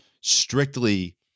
strictly